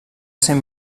sent